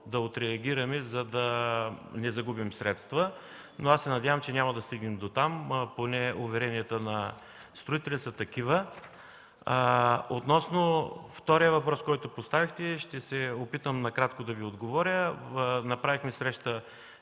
да реагираме, за да не загубим средства. Надявам се, че няма да стигнем дотам. Поне уверенията на строителя са такива. Относно втория въпрос, който поставихте. Ще се опитам накратко да Ви отговоря. Направихме среща